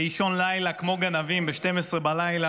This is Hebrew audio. באישון לילה, כמו גנבים, ב-24:00,